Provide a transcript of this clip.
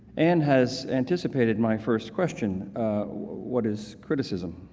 anne has anticipated my first question what is criticism?